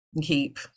keep